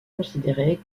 considérée